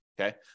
okay